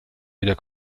wieder